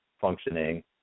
functioning